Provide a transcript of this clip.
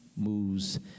moves